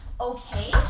okay